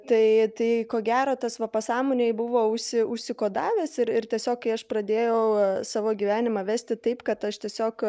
tai tai ko gero tas va pasąmonėj buvo užsi užsikodavęs ir tiesiog kai aš pradėjau savo gyvenimą vesti taip kad aš tiesiog